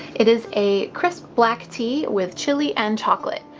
it is a crisp black tea with chili and chocolate.